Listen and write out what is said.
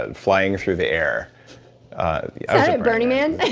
and flying through the air at burning man?